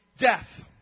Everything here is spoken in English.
Death